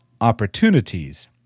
opportunities